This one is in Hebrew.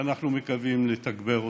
ואנחנו מקווים לתגבר אותו.